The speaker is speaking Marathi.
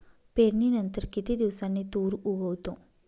पेरणीनंतर किती दिवसांनी तूर उगवतो?